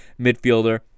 midfielder